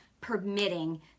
permitting